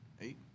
Eight